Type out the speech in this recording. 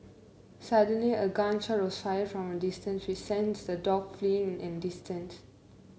suddenly a gun shot was fired from a distance which sent the dogs fleeing in an instant